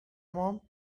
mom